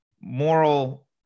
moral